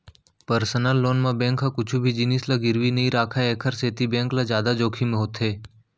personal loan म bank ह कुछु भी जिनिस ल गिरवी नइ राखय एखर सेती बेंक ल जादा जोखिम होथे